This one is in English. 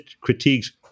critiques